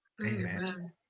Amen